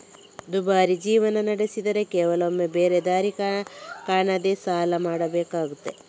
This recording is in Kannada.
ದುಬಾರಿ ಜೀವನ ನಡೆಸಿದ್ರೆ ಕೆಲವೊಮ್ಮೆ ಬೇರೆ ದಾರಿ ಕಾಣದೇ ಸಾಲ ಮಾಡ್ಬೇಕಾಗ್ತದೆ